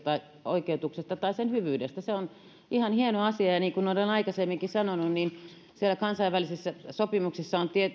oikeutuksesta tai sen hyvyydestä se on ihan hieno asia ja niin kuin olen aikaisemminkin sanonut niin siellä kansainvälisissä sopimuksissa on